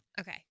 Okay